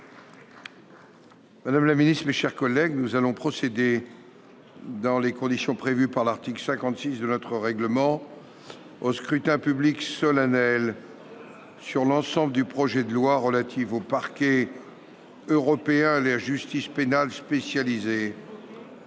Madame la garde des sceaux, mes chers collègues, il va être procédé, dans les conditions prévues par l'article 56 du règlement, au scrutin public solennel sur l'ensemble du projet de loi relatif au Parquet européen et à la justice pénale spécialisée.